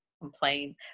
complain